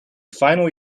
final